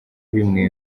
bimwe